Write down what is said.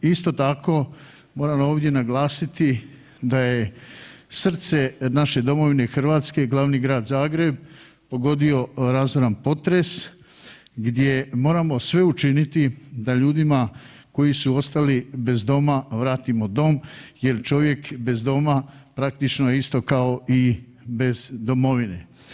Isto tako, moram ovdje naglasiti da je srce naše domovine Hrvatske glavni grad Zagreb pogodio razoran potres gdje moramo sve učiniti da ljudima koji su ostali bez doma vratimo dom jer čovjek bez doma, praktično je isto kao i bez domovine.